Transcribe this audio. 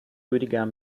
rüdiger